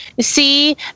see